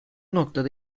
noktada